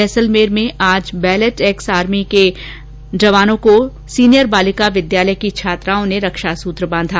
जैसलमेर में आज बैलट एक्स आर्मी के जवानों को सीनियर बालिका विद्यालय की छात्राओं ने रक्षासूत्र बांधा